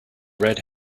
red